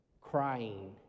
crying